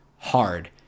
hard